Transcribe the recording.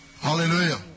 Hallelujah